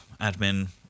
admin